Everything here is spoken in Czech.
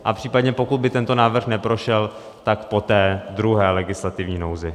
A případně, pokud by tento návrh neprošel, tak po té druhé legislativní nouzi.